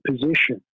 position